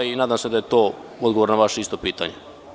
Nadam se da je to odgovor na vaše pitanje.